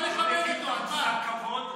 נא לכבד, מה לכבד?